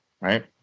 Right